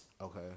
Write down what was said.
Okay